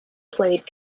played